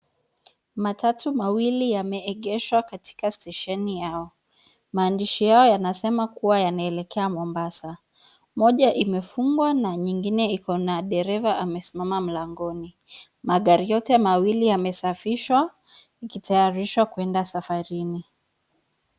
Matatu mawili yameegeshwa katika stesheni yao. Maandishi yao yanasema kuwa yanaelekea Mombasa. Moja imefungwa na nyingine ikona dereva amesimama mlangoni. Magari yote mawili yamesafishwa ikitayarishwa kwenda safarini.